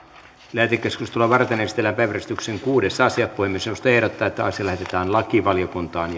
lähetekeskustelua varten esitellään päiväjärjestyksen kuudes asia puhemiesneuvosto ehdottaa että asia lähetetään lakivaliokuntaan